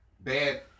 bad